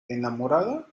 enamorada